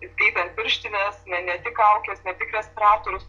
įskaitant pirštines na ne tik kaukes ne tik respiratorius